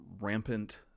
rampant